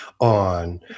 on